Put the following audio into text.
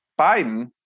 Biden